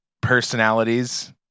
personalities